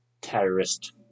terrorist